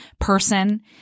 person